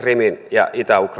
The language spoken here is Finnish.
ja itä ukrainan